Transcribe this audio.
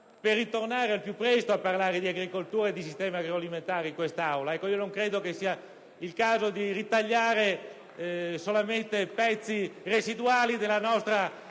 di ritornare al più presto a parlare di agricoltura e di sistema agroalimentare in questa Aula. Credo non sia il caso di ritagliare solamente pezzi residuali della nostra